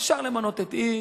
אפשר למנות את x,